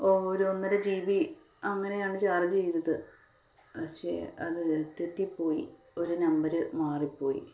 രു ഒന്നര G B അങ്ങനെയാണ് ചാർജ് ചെയ്തത് പക്ഷേ അത് തെറ്റിപ്പോയി ഒരു നമ്പര് മാറിപ്പോയി